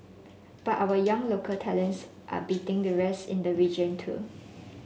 but our young local talents are beating the rest in the region too